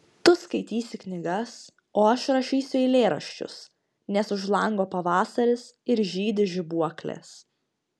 tu skaitysi knygas o aš rašysiu eilėraščius nes už lango pavasaris ir žydi žibuoklės